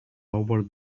over